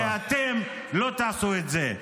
כי אתם לא תעשו את זה.